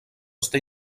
està